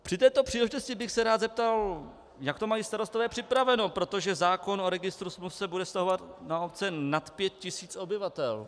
Při této příležitosti bych se rád zeptal, jak to mají starostové připraveno, protože zákon o registru smluv se bude vztahovat na obce nad 5 tis. obyvatel.